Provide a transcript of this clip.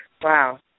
Wow